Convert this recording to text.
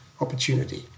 opportunity